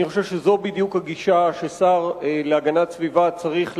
אני חושב שזו בדיוק הגישה ששר להגנת סביבה צריך לאמץ,